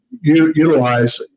utilize